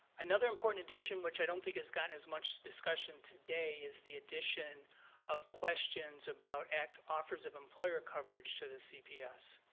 another important addition which i don't think has gotten as much discussion today is the addition of questions about x offers of employer coverage to the cps.